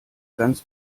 ganz